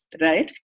right